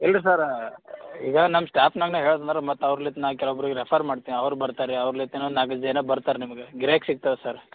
ಇಲ್ಲ ರೀ ಸರ್ ಈಗ ನಮ್ಮ ಸ್ಟಾಫ್ನಾಗೇ ಹೇಳ್ದ ಮೇಲೆ ಮತ್ತೆ ಅವ್ರ್ಲಿತ್ ನಾ ಕೆಲವೊಬ್ಬರಿಗೆ ರೆಫರ್ ಮಾಡ್ತೀನಿ ಅವ್ರು ಬರ್ತಾರೆ ಅವ್ರ್ಲಿತ್ತನು ನಾಲ್ಕೈದು ಜನ ಬರ್ತರೆ ನಿಮಗೆ ಗಿರಾಕಿ ಸಿಗ್ತಾರೆ ಸರ್